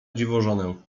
dziwożonę